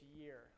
year